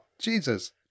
jesus